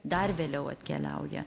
dar vėliau atkeliauja